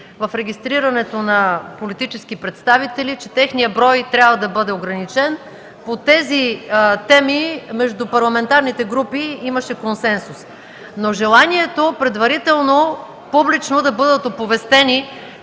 в регистрирането на политически представители, че техният брой трябва да бъде ограничен. По тези теми между парламентарните групи имаше консенсус. Желанието предварително публично да бъдат оповестени